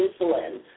insulin